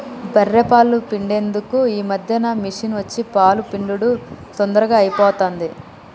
బఱ్ఱె పాలు పిండేందుకు ఈ మధ్యన మిషిని వచ్చి పాలు పిండుడు తొందరగా అయిపోతాంది